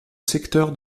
secteur